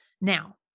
Now